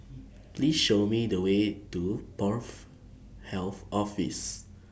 Please Show Me The Way to Porth Health Office